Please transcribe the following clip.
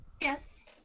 Yes